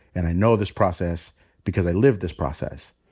and i know this process because i live this process.